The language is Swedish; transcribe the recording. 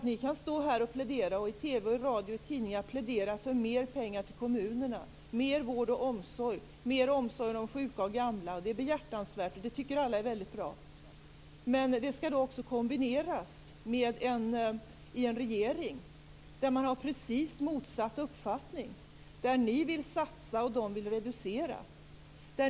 Ni kan stå här och plädera, och i TV, radio och tidningar plädera för mer pengar till kommunerna, mer vård och omsorg, mer omsorg om de sjuka och gamla. Det är behjärtansvärt, och det tycker alla är väldigt bra. Men det skall också kombineras i en regering där man har precis motsatt uppfattning. Ni vill satsa och de vill reducera.